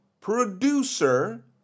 producer